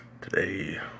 Today